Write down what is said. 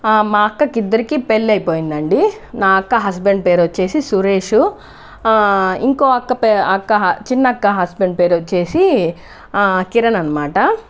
మా అక్కకి ఇద్దరికీ పెళ్లి అయిపోయిందండి నా అక్క హస్బెండ్ పేరు వచ్చేసి సురేష్ ఇంకో అక్క పే అక్క చిన్నక్క హస్బెండ్ పేరు వచ్చేసి కిరణ్ అనమాట